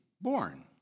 born